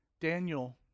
Daniel